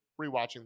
rewatching